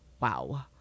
wow